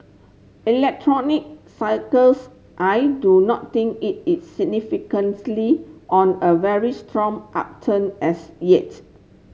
electronic cycles I do not think it is significantly on a very strong upturn as yet